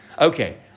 Okay